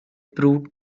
proved